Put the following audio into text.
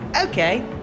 okay